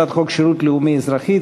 הצעת חוק שירות לאומי-אזרחי,